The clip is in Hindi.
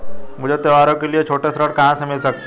मुझे त्योहारों के लिए छोटे ऋण कहां से मिल सकते हैं?